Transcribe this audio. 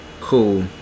Cool